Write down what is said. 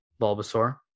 Bulbasaur